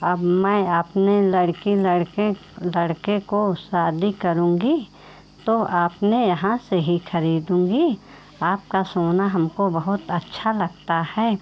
अब मैं अपने लड़की लड़के लड़के की शादी करूँगी तो आपके यहाँ से ही ख़रीदूँगी आपका सोना हमको बहुत अच्छा लगता है